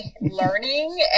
learning